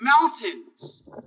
mountains